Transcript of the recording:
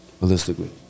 realistically